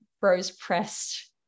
rose-pressed